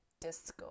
disco